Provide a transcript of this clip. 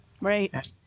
right